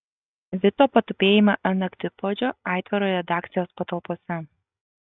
vito patupėjimai ant naktipuodžio aitvaro redakcijos patalpose